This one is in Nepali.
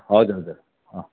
हजुर हजुर